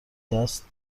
دست